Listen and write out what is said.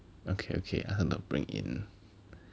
okay okay ask her to bring in